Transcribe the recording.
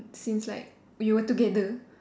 since like we were together